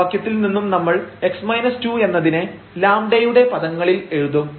സമവാക്യത്തിൽ നിന്നും നമ്മൾ എന്നതിനെ λ യുടെ പദങ്ങളിൽ എഴുതും